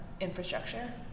infrastructure